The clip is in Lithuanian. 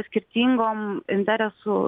skirtingom interesų